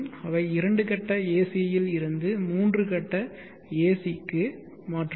அவை இரண்டு கட்ட AC ஏசியில் இருந்து மூன்று கட்ட AC ஏசி க்கு மாற்றுவது